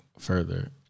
further